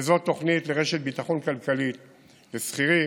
וזאת תוכנית לרשת ביטחון כלכלית לשכירים,